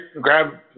grab